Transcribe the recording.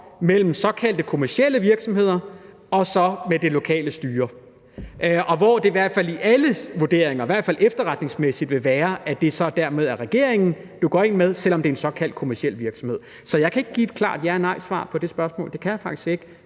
mellem såkaldte kommercielle virksomheder og det lokale styre, og hvor det i hvert fald ifølge alle vurderinger, i hvert fald efterretningsmæssigt, vil være sådan, at det så dermed er regeringen, du taler med, selv om det er en såkaldt kommerciel virksomhed. Så jeg kan ikke give et klart ja eller nej-svar på det spørgsmål – det kan jeg faktisk ikke